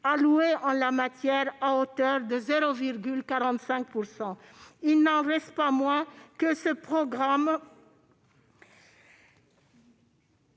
alloués, à hauteur de 0,45 %. Il n'en reste pas moins que ce programme